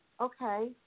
okay